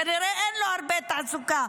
כנראה אין לו הרבה תעסוקה,